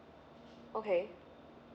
okay